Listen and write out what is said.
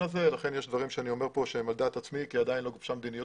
לכן יש דברים שאני אומר כאן שהם על דעת עצמי כי עדיין לא גובשה מדיניות